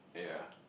ah ya